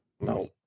No